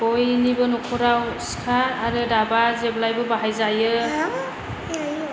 बयनिबो नखराव सिखा आरो दाबा जेब्लायबो बाहायजायो